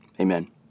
Amen